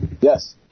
Yes